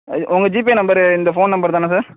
அது உங்கள் GPay number இந்த ஃபோன் நம்பரு தானே சார்